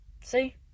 See